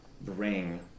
bring